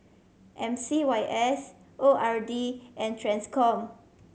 M C Y S O R D and Transcom